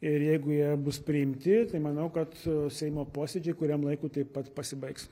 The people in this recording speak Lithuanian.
ir jeigu jie bus priimti tai manau kad seimo posėdžiai kuriam laikui taip pat pasibaigs